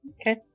Okay